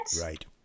Right